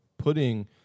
putting